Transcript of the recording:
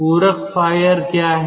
पूरक फायर क्या है